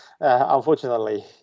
unfortunately